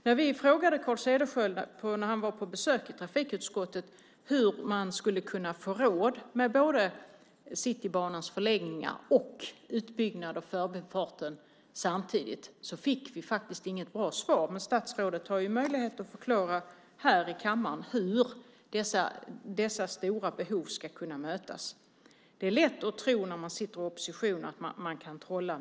När vi frågade Carl Cederschiöld när han var på besök i trafikutskottet hur man skulle kunna få råd med både Citybanans förlängningar och utbyggnaden av förbifarten samtidigt fick vi inte något bra svar. Statsrådet har möjlighet att förklara här i kammaren hur dessa stora behov ska kunna mötas. När man sitter i opposition är det lätt att tro att man kan trolla.